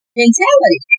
mentality